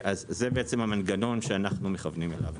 זה המנגנון שאנחנו מכוונים אליו.